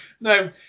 No